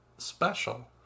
special